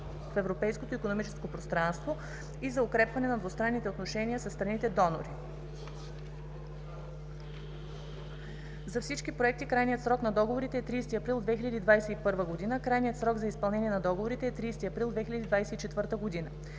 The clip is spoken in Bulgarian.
в Европейското икономическо пространство (ЕИП) и за укрепване на двустранните отношения със страните донори. За всички проекти крайният срок на договаряне е 30 април 2021 г., а крайният срок за изпълнение на договорите е 30 април 2024 г.